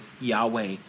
Yahweh